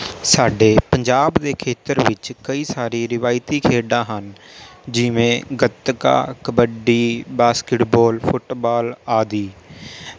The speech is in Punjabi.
ਸਾਡੇ ਪੰਜਾਬ ਦੇ ਖੇਤਰ ਵਿੱਚ ਕਈ ਸਾਰੀ ਰਵਾਇਤੀ ਖੇਡਾਂ ਹਨ ਜਿਵੇਂ ਗੱਤਕਾ ਕਬੱਡੀ ਬਾਸਕਿਟਬਾਲ ਫੁੱਟਬਾਲ ਆਦਿ